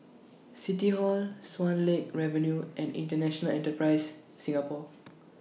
City Hall Swan Lake Avenue and International Enterprise Singapore